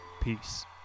Peace